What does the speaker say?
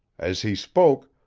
as he spoke,